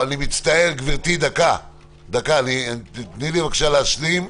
לא, אני מצטער, גברתי, תני לי בבקשה להשלים.